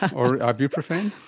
or ibuprofen?